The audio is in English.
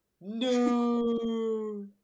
No